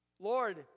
Lord